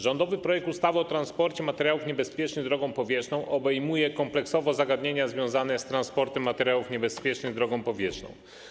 Rządowy projekt ustawy o transporcie materiałów niebezpiecznych drogą powietrzną obejmuje kompleksowo zagadnienia związane z transportem materiałów niebezpiecznych drogą powietrzną.